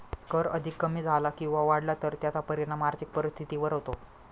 कर अधिक कमी झाला किंवा वाढला तर त्याचा परिणाम आर्थिक परिस्थितीवर होतो